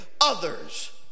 others